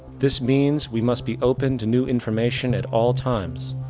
this means we must be open to new information at all times,